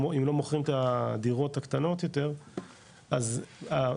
אם אנשים לא מוכרים את הדירות הקטנות יותר אז ההיצע